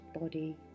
body